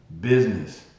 business